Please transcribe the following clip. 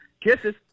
Kisses